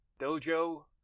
Dojo